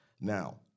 Now